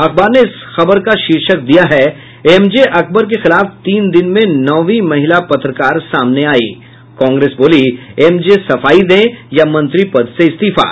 अखबार ने इस खबर का शीर्षक दिया है एमजे अकबर के खिलाफ तीन दिन में नौवीं महिला पत्रकार सामने आई कांग्रेस बोली एमजे सफाई दें या मंत्री पद से इस्तीफा